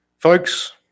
Folks